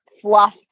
fluff